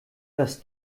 das